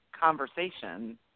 conversation